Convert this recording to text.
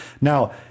Now